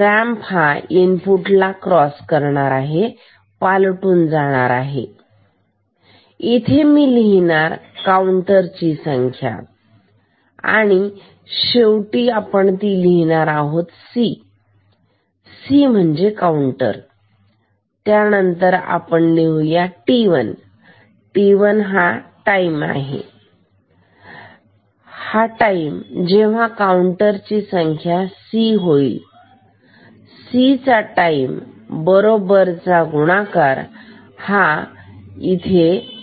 ramp हा इनपुटला cross करणार आहे पालटून जाणार आहे इथे मी लिहिणार काउंटर चे संख्या आणि शेवटी ती आपण लिहिणार आहोत c c म्हणजे काउंटर त्यानंतर आपण लिहू या t1 हा टाइम आहे हा टाईम जेव्हा काउंटर ची किंमत सी होईल सी चा टाईम बरोबर चा गुणाकार ह्या साठी ठीक